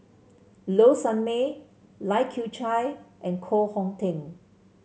Low Sanmay Lai Kew Chai and Koh Hong Teng